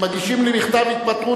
מגישים לי מכתב התפטרות,